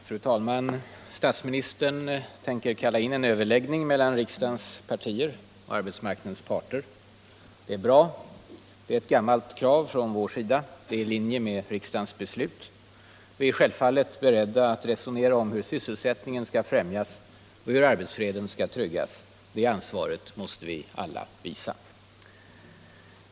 Fru talman! Statsministern tänker sammankalla till en överläggning mellan riksdagens partier och arbetsmarknadens parter. Det är bra. Det är ett gammalt krav från vår sida. Det är i linje med riksdagens beslut. Vi är självfallet beredda att resonera om hur sysselsättningen skall främjas och hur arbetsfreden skall tryggas. Det ansvaret måste vi alla visa.